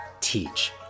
teach